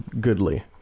Goodly